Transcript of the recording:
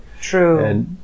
True